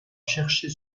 chercher